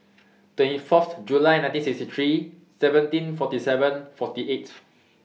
twenty four July nineteen sixty three seventeen forty seven forty eight